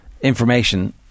information